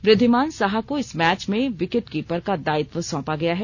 वृद्धिमान साहा को इस मैच में विकेट कीपर का दायित्व सौंपा गया है